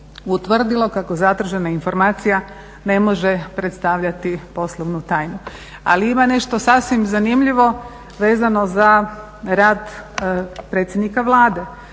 utvrdilo kako zatražena informacija ne može predstavljati poslovnu tajnu. Ali ima nešto sasvim zanimljivo vezano za rad predsjednika Vlade.